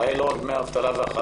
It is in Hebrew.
הבעיה היא לא רק דמי האבטלה והחל"ת,